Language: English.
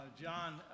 John